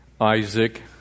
Isaac